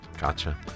Gotcha